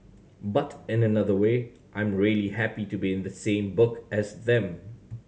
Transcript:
but in another way I'm really happy to be in the same book as them